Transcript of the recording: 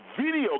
video